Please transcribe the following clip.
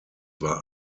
war